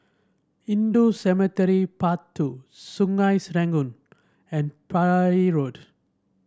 Hindu Cemetery Path Two Sungei Serangoon and Parry Road